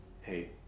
hey